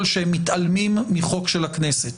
הייתי גם ברור אתמול מה ציפייתי,